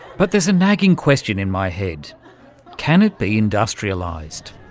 but there's a nagging question in my head can it be industrialised?